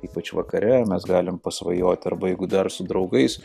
ypač vakare mes galim pasvajoti arba jeigu dar su draugais